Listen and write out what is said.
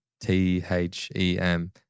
T-H-E-M